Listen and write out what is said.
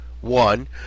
One